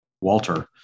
Walter